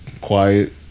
Quiet